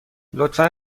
لطفا